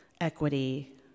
equity